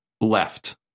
left